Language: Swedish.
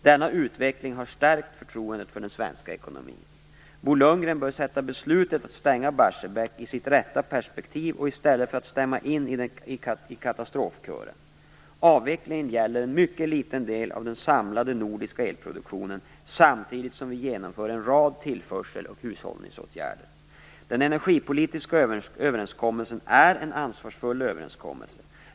Denna utveckling har stärkt förtroendet för den svenska ekonomin. Bo Lundgren bör sätta beslutet att stänga Barsebäck i sitt rätta perspektiv i stället för att stämma in i katastrofkören. Avvecklingen gäller en mycket liten del av den samlade nordiska elproduktionen, samtidigt som vi genomför en rad tillförsel och hushållsåtgärder. Den energipolitiska överenskommelsen är en ansvarsfull överenskommelse.